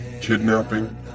kidnapping